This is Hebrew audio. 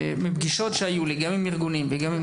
מפגישות שהיו לי גם עם ארגונים וגם עם